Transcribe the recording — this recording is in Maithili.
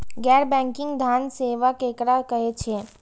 गैर बैंकिंग धान सेवा केकरा कहे छे?